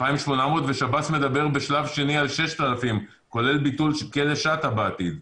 ושב"ס מדבר בשלב שני על 6,000 כולל ביטול כלא שאטה בעתיד.